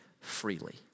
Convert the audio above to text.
freely